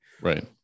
right